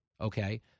Okay